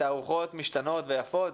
היא גם דואגת לתערוכות משתנות ויפות,